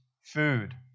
food